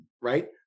right